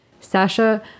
Sasha